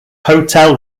hotel